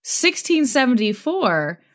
1674